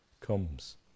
comes